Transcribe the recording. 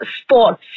sports